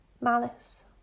malice